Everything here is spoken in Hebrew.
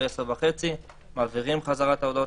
ב-22:30 מעבירים חזרה את ההודעות